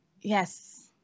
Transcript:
Yes